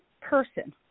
person